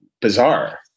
bizarre